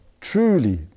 truly